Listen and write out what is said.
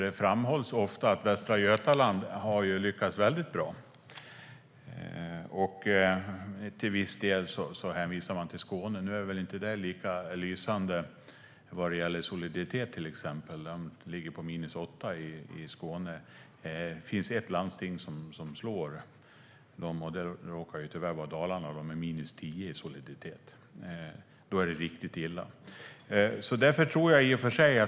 Det framhålls ofta att Västra Götaland har lyckats väldigt bra, och i viss mån hänvisar man till Skåne. Det exemplet är väl inte lika lysande när det gäller till exempel soliditet. Den ligger på 8 i Skåne. Det finns ett landsting som slår det, och det råkar tyvärr vara Dalarna, med 10 i soliditet. Då är det riktigt illa.